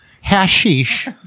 hashish